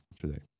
today